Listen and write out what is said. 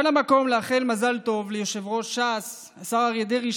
וכאן המקום לאחל מזל טוב ליושב-ראש ש"ס השר אריה דרעי,